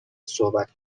صحبت